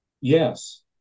Yes